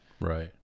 Right